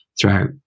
throughout